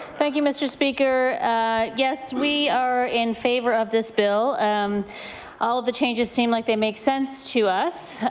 thank you, mr. speaker. yeses, we are in favour of this bill. and all of the changes seem like they make sense to us.